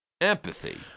Empathy